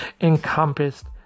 encompassed